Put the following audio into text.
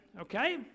okay